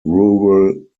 rural